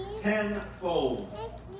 Tenfold